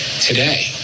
today